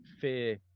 fear